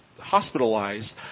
hospitalized